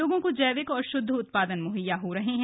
लोगों को जैविक और शुद्ध उत्पादन मुहैया हो रहे हैं